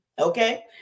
okay